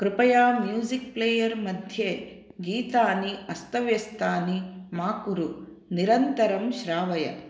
कृपया music player मध्ये गीतानि अस्तव्यस्तानि मा कुरु निरन्तरं श्रावय